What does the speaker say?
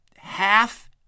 half